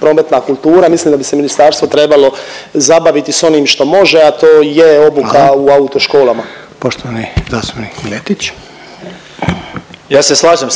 prometna kultura. Mislim da bi se ministarstvo trebalo zabaviti s onim što može, a to je obuka …/Upadica Reiner: